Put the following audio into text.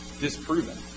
disproven